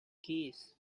keys